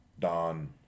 Don